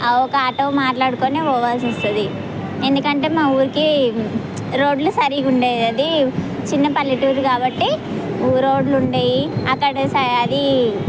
ఒక ఆటో మాట్లాడుకుని పోవాల్సి వస్తుంది ఎందుకంటే మా ఊరికి రోడ్లు సరిగా ఉండవు అది చిన్న పల్లెటూరు కాబట్టి రోడ్లు ఉండవు అక్కడ అది